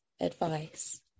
Advice